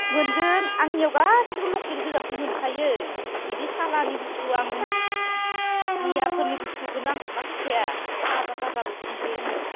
मोनगोन आंनियाव गासैबो लकेलगोजासो मोनखायो बिदि सालानि बुस्थु आं मुसलिम मियाफोरनि बुस्थुखोनो आं लाना फैखाया थाजा थाजाल' मोनखायो आंनियाव